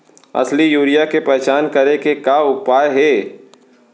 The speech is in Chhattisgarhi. असली यूरिया के पहचान करे के का उपाय हे?